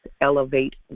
Elevate